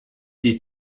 die